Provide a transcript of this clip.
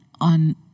on